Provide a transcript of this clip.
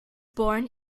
born